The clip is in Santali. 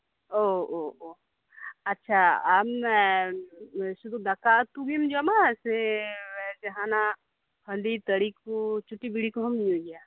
ᱳ ᱳ ᱟᱪᱷᱟ ᱟᱢ ᱥᱩᱫᱷᱩ ᱫᱟᱠᱟ ᱩᱛᱩᱜᱤᱢ ᱡᱚᱢᱟ ᱥᱮ ᱡᱟᱦᱟᱱᱟᱜ ᱦᱟᱺᱰᱤ ᱛᱟᱲᱤᱠᱩ ᱪᱩᱴᱤᱵᱤᱲᱤ ᱠᱚᱦᱚᱸᱢ ᱧᱩᱭᱜᱮᱭᱟ